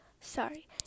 Sorry